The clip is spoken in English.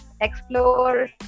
Explore